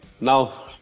Now